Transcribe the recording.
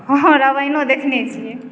हँ रामायणो देखने छियै